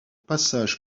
passage